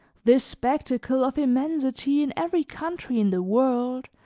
this spectacle of immensity in every country in the world,